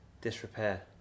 Disrepair